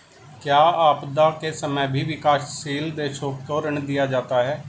क्या आपदा के समय भी विकासशील देशों को ऋण दिया जाता है?